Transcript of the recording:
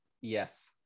Yes